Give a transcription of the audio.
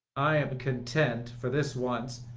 i am content, for this once,